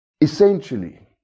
essentially